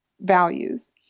values